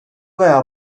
veya